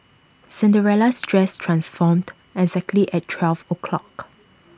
Cinderella's dress transformed exactly at twelve o'clock